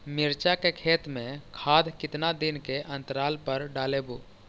मिरचा के खेत मे खाद कितना दीन के अनतराल पर डालेबु?